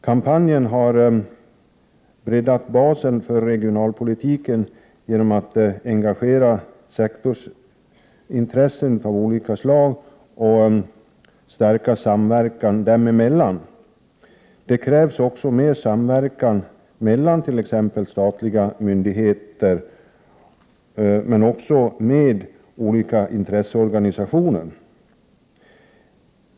Kampanjen har breddat basen för regionalpolitiken genom att engagera sektorsintressen av olika slag och stärka samverkan dem emellan. Det krävs också mer samverkan mellan t.ex. statliga myndigheter och olika intresseorganisationer.